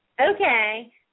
Okay